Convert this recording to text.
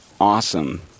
awesome